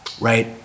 right